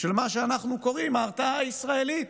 של מה שאנחנו קוראים לו "ההרתעה הישראלית".